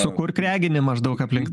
sukurk reginį maždaug aplink